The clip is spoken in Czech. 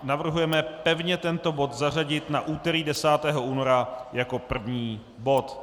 Navrhujeme pevně tento bod zařadit na úterý 10. února jako první bod.